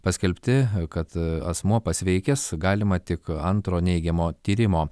paskelbti kad asmuo pasveikęs galima tik antro neigiamo tyrimo